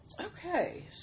Okay